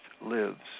lives